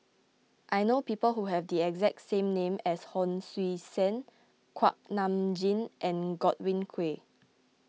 I know people who have the exact name as Hon Sui Sen Kuak Nam Jin and Godwin Koay